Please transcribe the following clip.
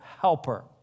helper